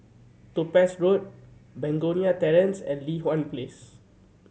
Topaz Road Begonia Terrace and Li Hwan Place